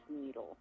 needle